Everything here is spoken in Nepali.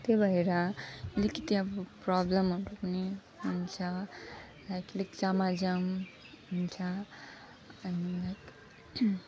त्यही भएर अलिकति अब प्रब्लमहरू पनि हुन्छ लाइक अलिक जामाजाम हुन्छ अनि लाइक